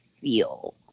feel